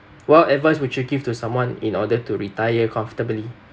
what advice would you give to someone in order to retire comfortably